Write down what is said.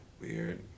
Weird